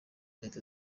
leta